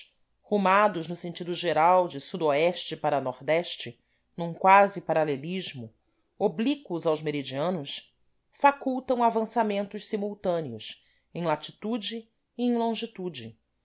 rumados no sentido geral de so para ne num quase paralelismo oblíquos aos meridianos facultam avançamentos simultâneos em latitude e em longitude